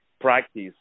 practice